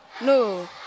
No